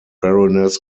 baroness